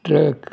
truck